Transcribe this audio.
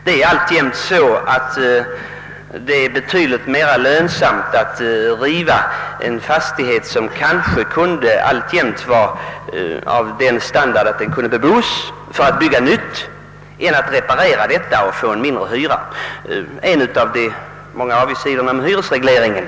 Det är alltjämt betydligt mera lönsamt att riva en fastighet, som är av den standard att den skulle kunna bebos, och bygga nytt i stället för att reparera fastigheten och få mindre hyra. Detta är en av avigsidorna med hyresregleringen.